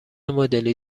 مدلی